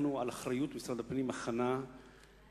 לקחנו על אחריות משרד הפנים הכנה של